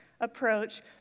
approach